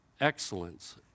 Excellence